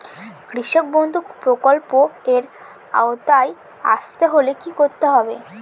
কৃষকবন্ধু প্রকল্প এর আওতায় আসতে হলে কি করতে হবে?